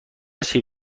سیب